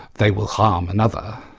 they will harm another,